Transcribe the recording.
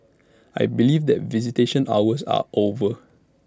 I believe that visitation hours are over